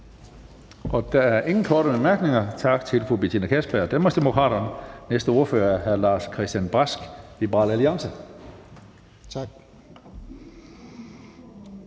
Der er ingen korte bemærkninger. Tak til fru Betina Kastbjerg, Danmarksdemokraterne. Næste ordfører er hr. Lars-Christian Brask, Liberal Alliance. Kl.